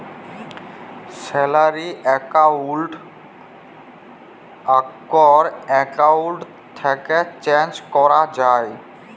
salary account আগ্কার account থ্যাকে change ক্যরা যায়